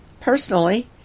Personally